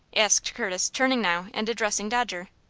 asked curtis, turning now and addressing dodger.